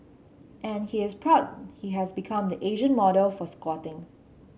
and he is proud he has become the Asian model for squatting